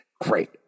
Great